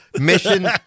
Mission